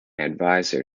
advisor